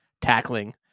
tackling